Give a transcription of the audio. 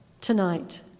tonight